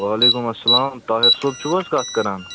وعلیکُم اسلام طاہر صٲب چھُو حظ کَتھ کَران